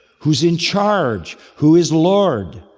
who's in charge? who's lord?